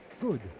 Good